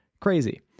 Crazy